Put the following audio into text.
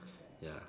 ya